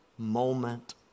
moment